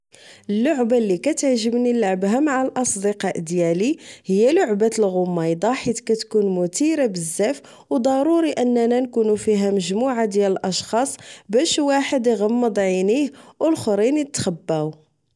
اللعبة لي كتعجبني لعبها مع الأصدقاء ديالي هي لعبة الغميضة حيث كتكون متيرة بزاف أو ضروري أننا نكونو فيها مجموعة ديال الأشخاص باش واحد إغمض عينيه أو لخرين إتخباو